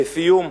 לסיום,